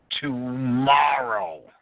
tomorrow